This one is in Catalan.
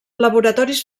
laboratoris